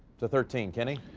to thirteen kenny.